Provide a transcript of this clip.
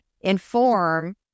inform